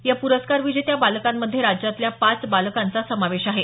या पुरस्कार विजेत्या बालकांमध्ये राज्यातल्या पाच बालकांचा समावेश आहे